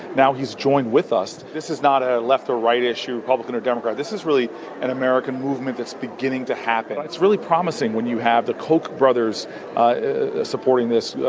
now he's joined with us. this is not a left or right issue, republican or democrat. this is really an american movement that's beginning to happen. it's really promising when you have the koch brothers ah supporting this.